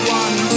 one